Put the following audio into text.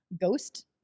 ghost